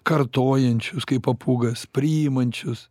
kartojančius kaip papūgas priimančius